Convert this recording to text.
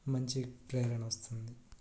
మంచి ప్రేరణ వస్తుంది